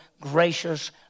gracious